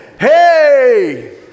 Hey